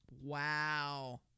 Wow